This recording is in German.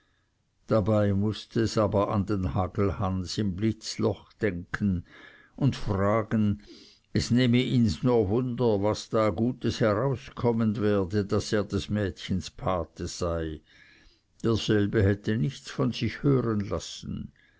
dabei mußte es aber an den hagelhans im blitzloch denken und fragen es nehme ihns nur wunder was da gutes herauskommen werde daß er des mädchens götti sei derselbe hätte nichts von sich hören lassen